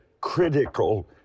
critical